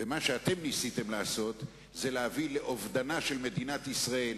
ומה שניסיתם לעשות זה להביא לאובדנה של מדינת ישראל.